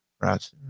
Right